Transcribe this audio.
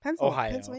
Ohio